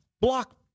block